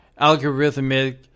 algorithmic